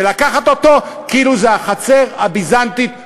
ולקחת אותו כאילו זו החצר הביזנטית שלו.